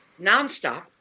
nonstop